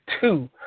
two